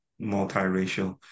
multiracial